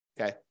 Okay